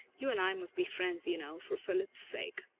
you and i must be friends, you know, for philip's sake.